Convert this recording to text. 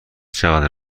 چقدر